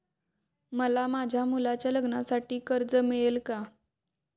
मला माझ्या मुलाच्या लग्नासाठी कर्ज मिळेल का?